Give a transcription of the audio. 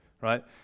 Right